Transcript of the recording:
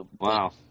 Wow